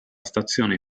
stazione